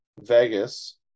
Vegas